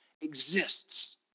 exists